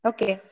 Okay